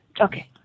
Okay